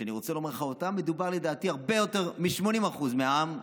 כשאני רוצה לומר לך שב"אותם" מדובר לדעתי על הרבה יותר מ-80% מהעם,